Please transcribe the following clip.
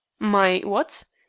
my what?